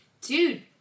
dude